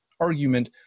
argument